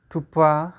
थुपफा